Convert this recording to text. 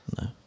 No